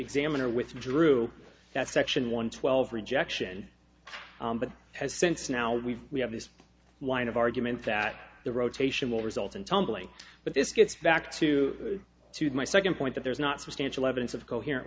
examiner withdrew that section one twelve rejection but has since now we we have this wind of argument that the rotation will result in tumbling but this gets back to to my second point that there is not substantial evidence of coherent